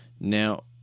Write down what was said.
Now